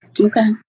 okay